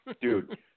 dude